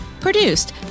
Produced